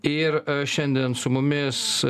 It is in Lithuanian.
ir šiandien su mumis